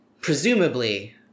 presumably